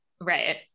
Right